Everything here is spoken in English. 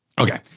Okay